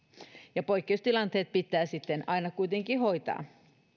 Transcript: ja poikkeustilanteet pitää sitten aina kuitenkin hoitaa